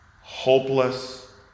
hopeless